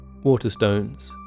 Waterstones